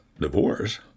divorce